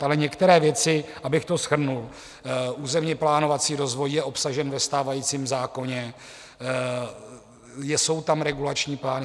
Ale některé věci, abych to shrnul: územněplánovací rozvoj je obsažen ve stávajícím zákoně, jsou tam regulační plány.